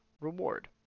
reward